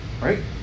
Right